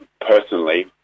personally